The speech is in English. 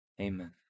Amen